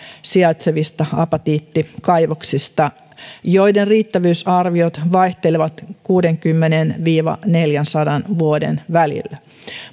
sijaitsevista apatiittikaivoksista joiden riittävyysarviot vaihtelevat kuudenkymmenen viiva neljänsadan vuoden välillä